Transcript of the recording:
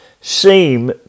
seem